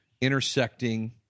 intersecting